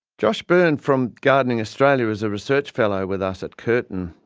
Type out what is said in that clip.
josh byrne from gardening australia is a research fellow with us at curtin,